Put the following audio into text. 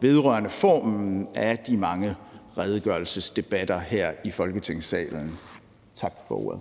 vedrørende formen af de mange redegørelsesdebatter her i Folketingssalen. Tak for ordet.